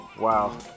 Wow